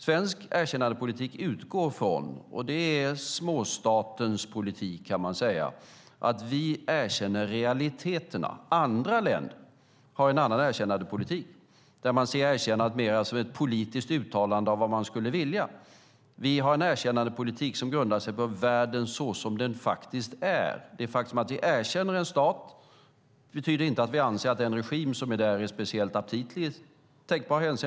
Svensk erkännandepolitik utgår från - man kan säga att det är småstatens politik - att vi erkänner realiteterna. Andra länder har en annan erkännandepolitik, där man ser erkännandet mer som ett politiskt uttalande om vad man skulle vilja. Vi har en erkännandepolitik som grundar sig på världen såsom den faktiskt är. Det faktum att vi erkänner en stat betyder inte att vi anser att den regim som finns där är speciellt aptitlig.